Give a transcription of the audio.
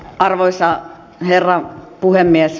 arvoisa herra puhemies